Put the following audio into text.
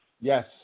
Yes